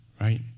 Right